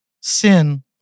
Sin